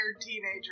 teenager